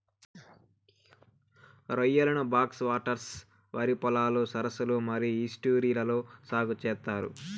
రొయ్యలను backwaters, వరి పొలాలు, సరస్సులు మరియు ఈస్ట్యూరీలలో సాగు చేత్తారు